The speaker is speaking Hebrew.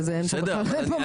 זה ברור.